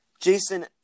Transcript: Jason